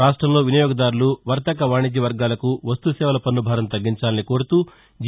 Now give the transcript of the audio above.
రాష్టంలో వినియోగదారులు వర్తక వాణిజ్య వర్గాలకు వస్తుసేవల పన్ను భారం తగ్గించాలని కోరుతూ జి